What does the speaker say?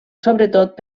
sobretot